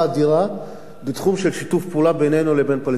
בתחום של שיתוף פעולה בינינו לבין הפלסטינים.